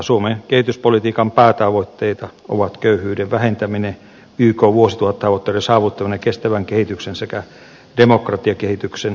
suomen kehityspolitiikan päätavoitteita ovat köyhyyden vähentäminen ykn vuosituhattavoitteiden saavuttaminen kestävän kehityksen sekä demokratiakehityksen tukeminen